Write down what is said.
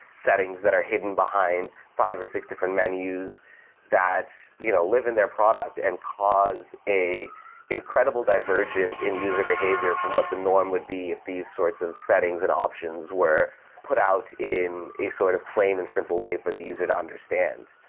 settings that are hidden behind five or six different menus that you know live in their product and cause an incredible divergence in user behavior from what the norm would be if these sorts of settings and options were put out in a sort of plain and simple way of the user to understand.